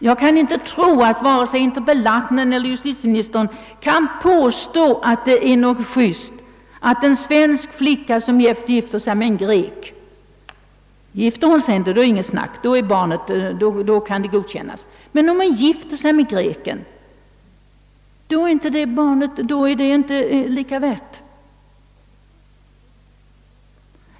Jag kan inte tro, att vare sig interpellanten eller justitieministern kan påstå, att det är just att anse att barnet till en svensk flicka, som gifter sig med en grek, inte är lika mycket värt som ett svenskt — gifter hon sig inte, kan det däremot godkännas.